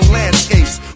landscapes